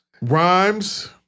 rhymes